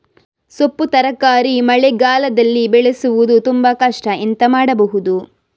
ಸೊಪ್ಪು ತರಕಾರಿ ಮಳೆಗಾಲದಲ್ಲಿ ಬೆಳೆಸುವುದು ತುಂಬಾ ಕಷ್ಟ ಎಂತ ಮಾಡಬಹುದು?